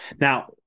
Now